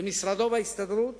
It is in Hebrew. למשרדו בהסתדרות